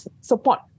support